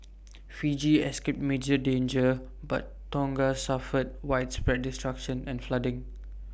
Fiji escaped major damage but Tonga suffered widespread destruction and flooding